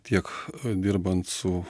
tiek dirbant su